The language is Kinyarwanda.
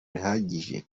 bihagije